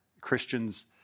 Christians